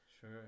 sure